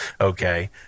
okay